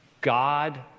God